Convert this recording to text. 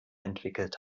entwickelt